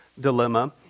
dilemma